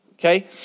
Okay